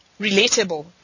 relatable